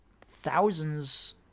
thousands